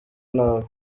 nabi